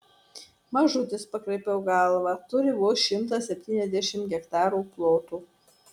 mažutis pakraipiau galvą turi vos šimtą septyniasdešimt hektarų ploto